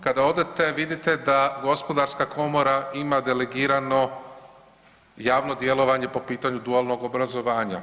Kada odete vidite da gospodarska komora ima delegirano javno djelovanje po pitanju dualnog obrazovanja.